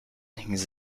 his